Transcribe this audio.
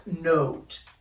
note